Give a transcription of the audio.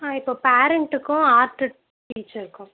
ஆ இப்போது பேரெண்ட்டுக்கும் ஆர்ட்டு டீச்சருக்கும்